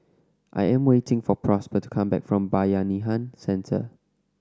I am waiting for Prosper to come back from Bayanihan Centre